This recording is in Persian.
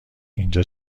اینجا